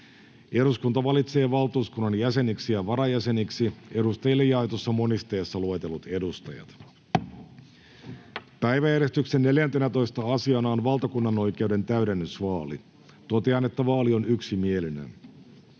Eduskunta valitsee valtuuskunnan jäseniksi ja varajäseniksi edustajille jaetussa monisteessa luetellut edustajat. Päiväjärjestyksen 14. asiana on valtakunnanoikeuden täydennysvaali. Totean, että vaali on yksimielinen.